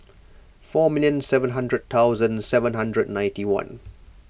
four minute seven hundred thousand seven hundred ninety one